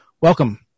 Welcome